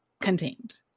contained